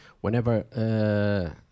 whenever